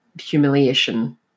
humiliation